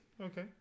Okay